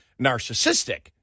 narcissistic